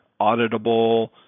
auditable